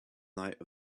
night